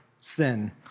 sin